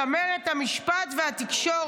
צמרת צה"ל, צמרת המשפט והתקשורת,